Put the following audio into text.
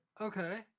Okay